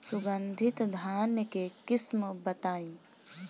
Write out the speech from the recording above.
सुगंधित धान के किस्म बताई?